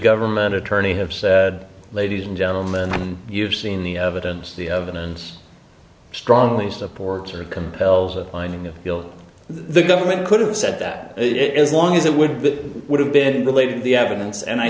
government attorney have said ladies and gentlemen and you've seen the evidence the evidence strongly supports or it compels a finding of guilt the government could have said that it as long as it would that would have been related to the evidence and i